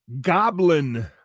Goblin